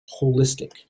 holistic